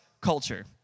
culture